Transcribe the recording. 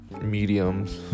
mediums